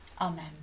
Amen